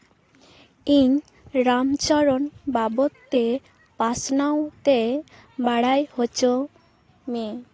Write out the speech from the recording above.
ᱤᱧ ᱨᱟᱢᱪᱚᱨᱚᱱ ᱵᱟᱵᱚᱫ ᱛᱮ ᱯᱟᱥᱱᱟᱣ ᱛᱮ ᱵᱟᱲᱟᱭ ᱦᱚᱪᱚᱧ ᱢᱮ